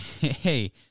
hey